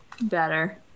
Better